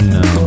no